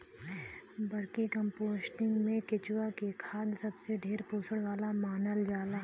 vermicomposting में केचुआ के खाद सबसे ढेर पोषण वाला मानल जाला